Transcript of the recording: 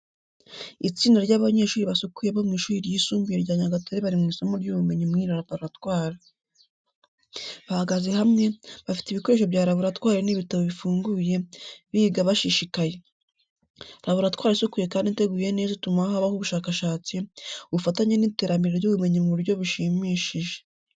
Itsinda ry’abanyeshuri basukuye bo mu shuri ry'isumbuye rya Nyagatare bari mu isomo ry’ubumenyi mu laboratwari. Bahagaze hamwe, bafite ibikoresho bya laboratwari n’ibitabo bifunguye, biga bashishikaye. Laboratwari isukuye kandi iteguye neza ituma habaho ubushakashatsi, ubufatanye n’iterambere ry’ubumenyi mu buryo bushimishije.